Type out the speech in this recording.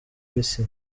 isi